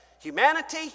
Humanity